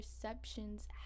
perceptions